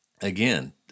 Again